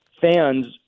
fans